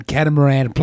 Catamaran